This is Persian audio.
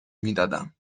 میدادم